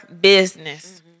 business